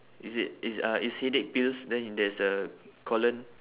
is it it's uh it's headache pills then in there's a colon